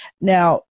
now